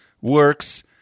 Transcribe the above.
works